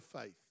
faith